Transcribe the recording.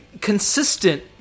consistent